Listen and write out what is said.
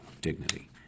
dignity